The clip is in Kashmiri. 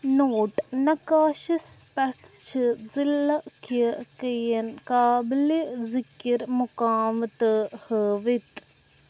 نوٹ نَقاشَس پٮ۪ٹھ چھِ ضِلعہٕ کہِ کین قابلہِ ذِکِر مُقام تہِ ہٲوِتھ